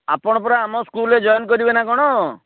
ଆପଣ ପରା ଆମ ସ୍କୁଲରେ ଜଏନ୍ କରିବେ ନା କ'ଣ